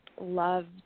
loved